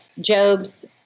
Job's